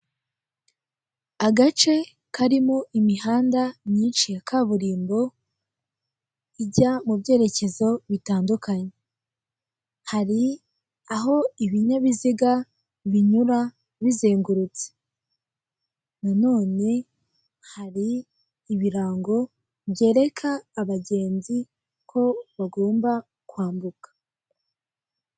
Agace karimo imihanda myinshi ya kaburimbo, ijya mu byerekezo bitandukanye. Hari aho ibinyabiziga binyura bizengurutse, nanone hari ibirango byereka abagenzi ko bagomba kwambuka.